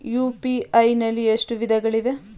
UPI ನಲ್ಲಿ ಎಷ್ಟು ವಿಧಗಳಿವೆ?